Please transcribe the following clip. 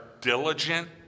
diligent